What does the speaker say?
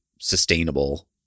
sustainable